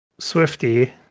Swifty